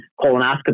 colonoscopy